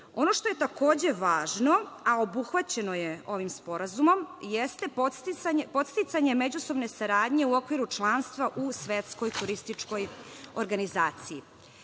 Ono što je takođe važno, a obuhvaćeno je ovim sporazumom, jeste podsticanje međusobne saradnje u okviru članstva u Svetskoj turističkoj organizaciji. Ono